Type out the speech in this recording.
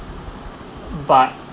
but